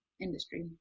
industry